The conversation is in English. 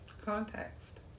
context